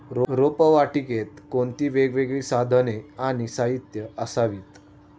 रोपवाटिकेत कोणती वेगवेगळी साधने आणि साहित्य असावीत?